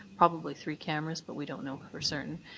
probably three cameras, but we don't know for certain.